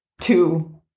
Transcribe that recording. two